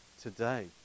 today